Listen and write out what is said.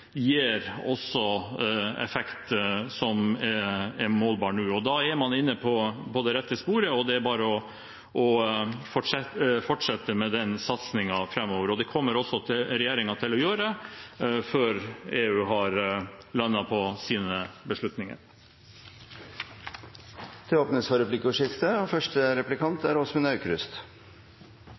gir også effekt som er målbar nå. Da er man inne på det rette sporet, og det er bare å fortsette med den satsingen framover. Det kommer også regjeringen til å gjøre før EU har landet på sine beslutninger. Det blir replikkordskifte. Historisk er et ord som går igjen når vi diskuterer Paris-avtalen, og det er